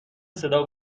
صدا